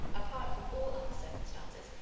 apart from all other circumstances,